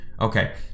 Okay